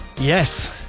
Yes